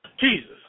Jesus